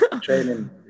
training